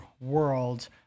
world